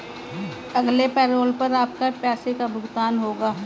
अगले पैरोल पर आपके पैसे का भुगतान होगा